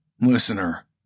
Listener